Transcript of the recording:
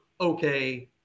okay